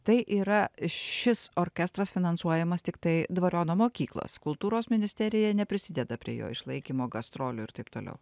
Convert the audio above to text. tai yra šis orkestras finansuojamas tiktai dvariono mokyklos kultūros ministerija neprisideda prie jo išlaikymo gastrolių ir taip toliau